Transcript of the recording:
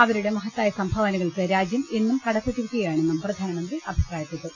അവരുടെ മഹത്തായ സംഭാവനകൾക്ക് രാജ്യം എന്നും കടപ്പെട്ടിരിക്കയാണെന്നും പ്രധാനമന്ത്രി അഭിപ്രായപ്പെട്ടു